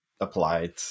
applied